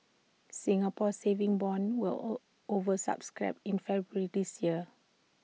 Singapore saving bonds were O over subscribed in February this year